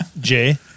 Jay